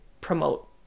promote